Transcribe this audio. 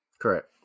Correct